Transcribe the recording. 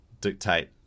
dictate